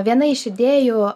viena iš idėjų